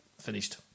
finished